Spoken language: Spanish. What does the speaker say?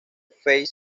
face